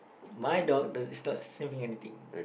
my dog does not sniffing anything